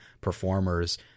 performers